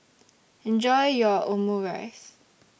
Enjoy your Omurice